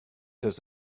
does